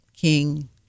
King